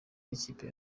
nikipe